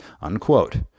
Unquote